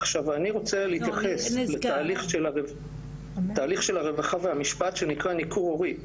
עכשיו אני רוצה להתייחס לתהליך של הרווחה והמשפט שנקרא ניכור הורי,